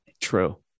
true